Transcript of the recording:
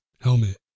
helmet